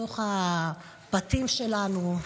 בתוך הבתים שלנו,